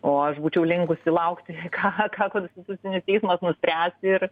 o aš būčiau linkusi laukti ką ką konstitucinis teismas nuspręs ir